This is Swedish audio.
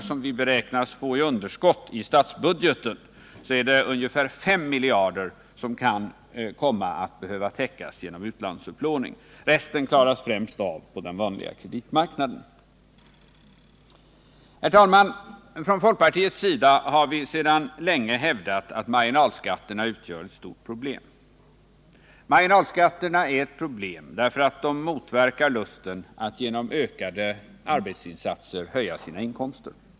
som vi kommer att få i underskott i statsbudgeten i år är det ungefär 5 miljarder som kan komma att behöva täckas genom utlandsupplåning. Resten klaras främst av på den vanliga kreditmarknaden. Herr talman! Från folkpartiets sida har vi sedan länge hävdat att marginalskatterna utgör ett stort problem. Marginalskatterna är ett problem därför att de motverkar lusten att genom ökade arbetsinsatser höja sina inkomster.